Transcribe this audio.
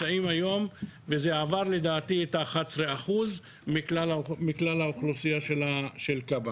לדעתי זה יותר מ-11% מכלל העובדים של כב"ה.